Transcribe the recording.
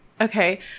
Okay